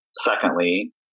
Secondly